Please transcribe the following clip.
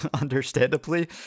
understandably